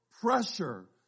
pressure